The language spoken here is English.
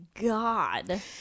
God